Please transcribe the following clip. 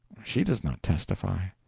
she does not testify.